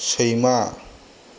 सैमा